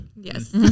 yes